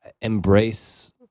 embrace